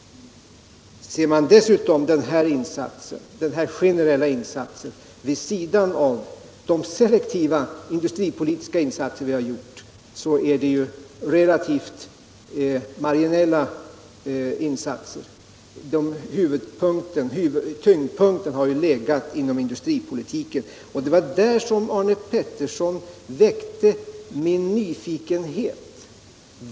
Ser man dessutom den här generella insatsen vid sidan av de selektiva industripolitiska insatser vi har gjort, så har ju tyngdpunkten legat inom industripolitiken. Och det var där som Arne Pettersson väckte min nyfikenhet.